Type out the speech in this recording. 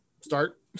start